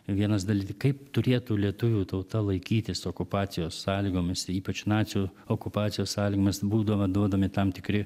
vienas dalykų kaip turėtų lietuvių tauta laikytis okupacijos sąlygomis ypač nacių okupacijos sąlygomis būdavo duodami tam tikri